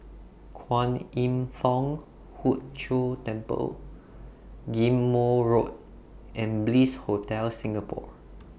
Kwan Im Thong Hood Cho Temple Ghim Moh Road and Bliss Hotel Singapore